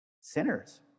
sinners